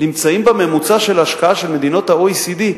נמצאים בממוצע של השקעה של מדינות ה-OECD,